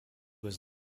his